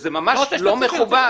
זה ממש לא מכובד.